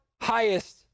highest